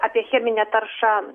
apie cheminę taršą